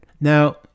Now